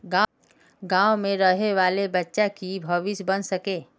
गाँव में रहे वाले बच्चा की भविष्य बन सके?